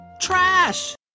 Trash